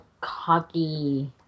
cocky